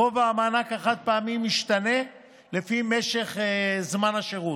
גובה המענק החד-פעמי משתנה לפי משך זמן השירות: